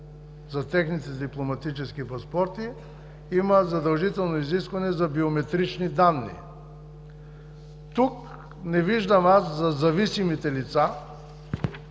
за техните дипломатически паспорти, има задължително изискване за биометрични данни. Тук аз не виждам да има